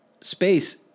space